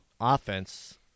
offense